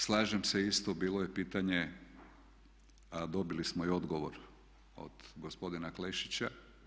Slažem se isto bilo je pitanje, dobili smo i odgovor od gospodina Klešića.